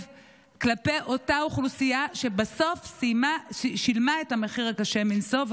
כלפי אותה אוכלוסייה שבסוף שילמה את המחיר הקשה מנשוא.